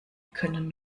können